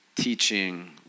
Teaching